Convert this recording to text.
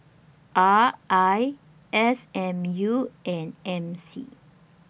R I S M U and M C